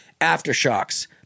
Aftershocks